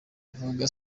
avuga